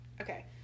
Okay